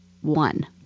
one